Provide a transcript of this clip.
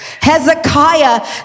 Hezekiah